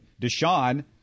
Deshaun